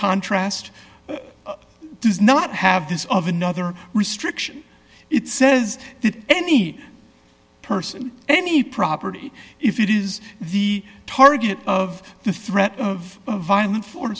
contrast does not have this of another restriction it says that any person any property if it is the target of the threat of violen